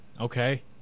okay